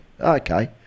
Okay